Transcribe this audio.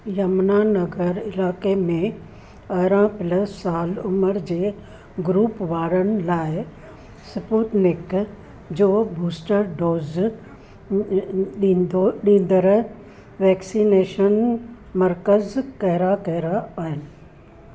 यमुनानगर इलाइक़े में अरड़हं प्ल्स साल उमिरि जे ग्रूप वारनि लाइ स्पूतनिक जो बूस्टर डोज़ ॾींदो ॾींदड़ वैक्सनेशन मर्कज़ कहिड़ा कहिड़ा आहिनि